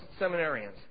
seminarians